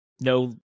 no